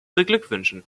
beglückwünschen